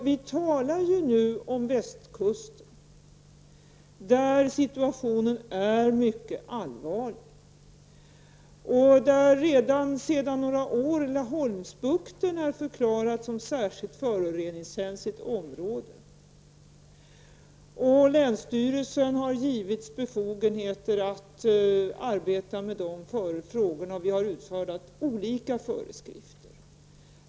Vi talar nu om västkusten, där situationen är mycket allvarlig och där Laholmsbukten redan sedan några år är förklarad som särskilt föroreningskänsligt område. Länsstyrelsen har givits befogenheter att arbeta med de frågorna, och olika föreskrifter har utfärdats.